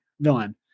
villain